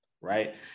right